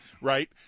right